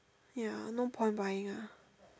ya no point buying ah